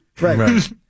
Right